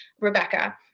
Rebecca